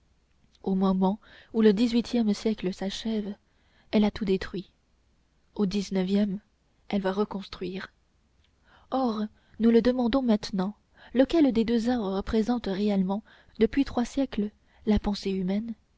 au moment où le dix-huitième siècle s'achève elle a tout détruit au dix-neuvième elle va reconstruire or nous le demandons maintenant lequel des deux arts représente réellement depuis trois siècles la pensée humaine